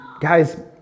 Guys